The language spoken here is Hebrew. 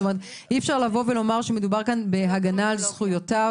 אי אפשר לומר כאן שמדובר בהגנה על זכויותיו?